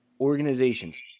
organizations